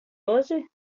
hoje